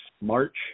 March